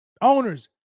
owners